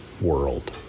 world